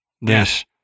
Yes